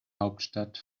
hauptstadt